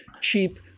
cheap